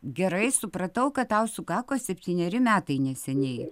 gerai supratau kad tau sukako septyneri metai neseniai